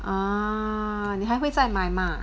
uh 你还会再买 mah